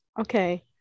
Okay